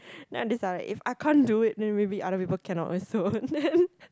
then I'm just like if I can't do it then maybe other people cannot also then